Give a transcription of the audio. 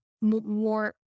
more